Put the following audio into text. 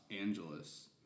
Angeles